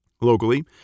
Locally